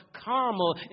caramel